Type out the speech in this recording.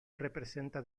representa